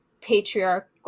patriarchal